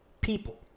people